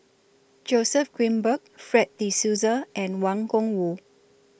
Joseph Grimberg Fred De Souza and Wang Gungwu